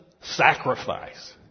sacrifice